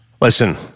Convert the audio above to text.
Listen